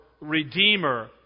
redeemer